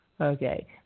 Okay